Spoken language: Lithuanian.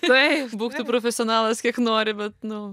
tai būk tu profesionalas kiek nori bet nu